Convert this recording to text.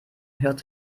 hört